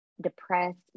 depressed